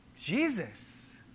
Jesus